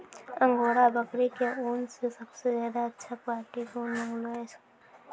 angora बकरी के ऊन कॅ सबसॅ ज्यादा अच्छा क्वालिटी के ऊन मानलो जाय छै